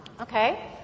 okay